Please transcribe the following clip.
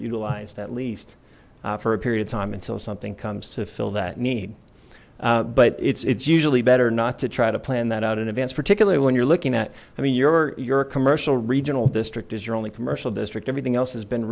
underutilized at least for a period of time until something comes to fill that need but it's it's usually better not to try to plan that out in advance particularly when you're looking at i mean your your commercial regional district is your only commercial district everything else has been